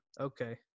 okay